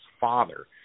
Father